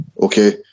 okay